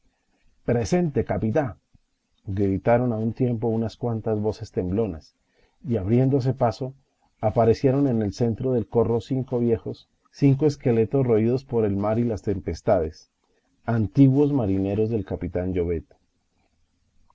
presente capitá gritaron a un tiempo unas cuantas voces temblonas y abriéndose paso aparecieron en el centro del corro cinco viejos cinco esqueletos roídos por el mar y las tempestades antiguos marineros del capitán